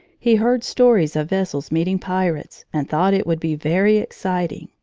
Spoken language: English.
he heard stories of vessels meeting pirates and thought it would be very exciting.